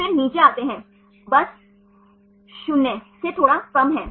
फिर नीचे आते हैं बस 0 से थोड़ा कम है